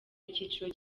icyiciro